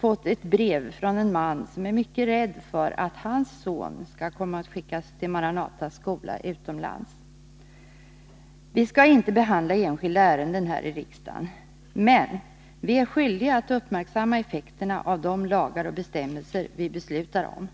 fått ett brev från en man som är mycket rädd för att hans son skall komma att skickas till Maranatas skola utomlands. Vi skall inte behandla enskilda ärenden här i riksdagen, men vi är skyldiga att uppmärksamma effekterna av de lagar och bestämmelser vi beslutar om.